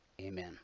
Amen